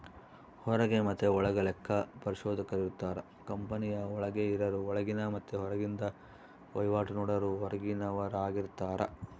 ಹೊರಗ ಮತೆ ಒಳಗ ಲೆಕ್ಕ ಪರಿಶೋಧಕರಿರುತ್ತಾರ, ಕಂಪನಿಯ ಒಳಗೆ ಇರರು ಒಳಗಿನ ಮತ್ತೆ ಹೊರಗಿಂದ ವಹಿವಾಟು ನೋಡರು ಹೊರಗಿನವರಾರ್ಗಿತಾರ